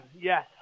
Yes